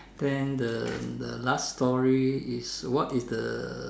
then the the last story is what is the